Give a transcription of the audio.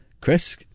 Chris